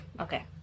Okay